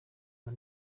mba